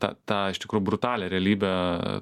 tą tą iš tikrųjų brutalią realybę